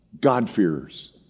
God-fearers